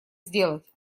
сделать